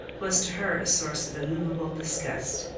was to her a source of immovable disgust.